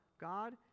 God